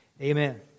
Amen